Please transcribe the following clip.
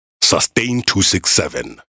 Sustain267